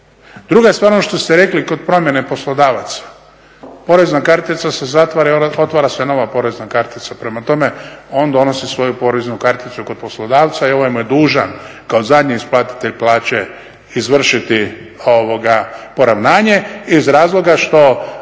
Druga stvar, ono što ste rekli kod promjene poslodavaca, porezna kartica se zatvara i otvara se nova porezna kartica. Prema tome, on donosi svoju poreznu karticu kod poslodavca i ovaj mu je dužan kao zadnji isplatitelj plaće izvršiti poravnanje iz razloga što